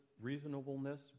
reasonableness